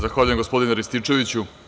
Zahvaljujem, gospodine Rističeviću.